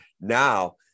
now